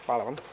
Hvala vam.